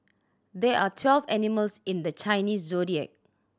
there are twelve animals in the Chinese Zodiac